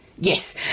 Yes